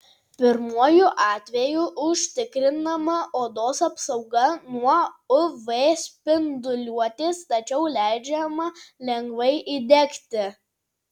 pirmuoju atveju užtikrinama odos apsauga nuo uv spinduliuotės tačiau leidžiama lengvai įdegti